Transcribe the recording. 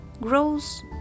grows